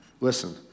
Listen